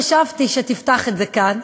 חשבתי שתפתח את זה כאן.